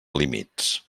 límits